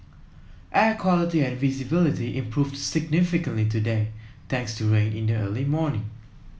air quality and visibility improved significantly today thanks to rain in the early morning